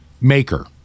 maker